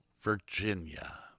Virginia